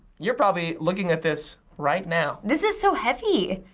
you're probably looking at this right now. this is so heavy.